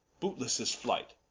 bootlesse is flight,